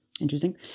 Interesting